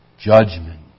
Judgment